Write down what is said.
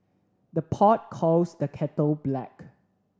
the pot calls the kettle black